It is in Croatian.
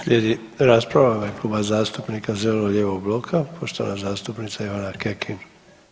Slijedi rasprava u ime Kluba zastupnika zeleno-lijevog bloka, poštovana zastupnica Ivana Kekin.